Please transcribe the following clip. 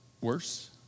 worse